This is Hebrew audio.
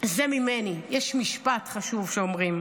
זה ממני: יש משפט חשוב שאומרים,